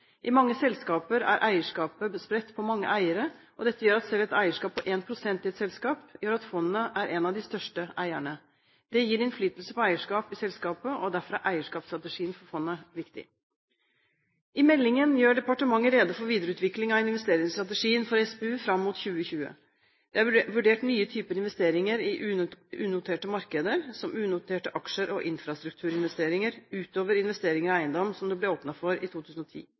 I mange selskaper er eierskapet spredt på mange eiere, og dette gjør at selv et eierskap på 1 pst. i et selskap betyr at fondet er en av de største eierne. Det gir innflytelse på eierskap i selskapet, og derfor er eierskapsstrategien for fondet viktig. I meldingen gjør departementet rede for videreutvikling av investeringsstrategien for SPU fram mot 2020. Det er vurdert nye typer investeringer i unoterte markeder som unoterte aksjer og infrastrukturinvesteringer utover investering av eiendom, som det ble åpnet for i 2010.